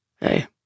Hey